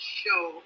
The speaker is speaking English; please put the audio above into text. show